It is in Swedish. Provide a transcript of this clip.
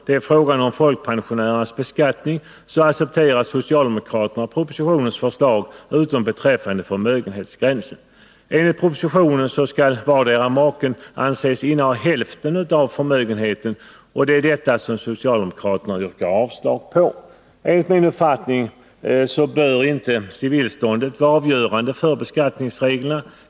Beträffande reglerna för folkpensionärernas beskattning så accepterar socialdemokraterna propositionens förslag, utom beträffande förmögenhetsgränsen. Enligt propositionen skall vardera maken anses inneha hälften av förmögenheten, och det är detta förslag som socialdemokraterna yrkar avslag på. Enligt min uppfattning bör inte civilståndet vara avgörande för beskattningsreglerna.